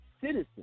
citizens